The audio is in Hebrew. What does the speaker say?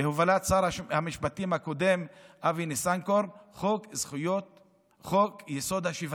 בהובלת שר המשפטים הקודם אבי ניסנקורן חוק-יסוד: השוויון,